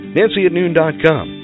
nancyatnoon.com